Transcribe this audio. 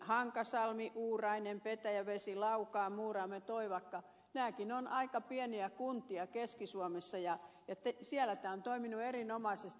hankasalmi uurainen petäjävesi laukaa muurame toivakka nämäkin ovat aika pieniä kuntia keski suomessa ja siellä tämä on toiminut erinomaisesti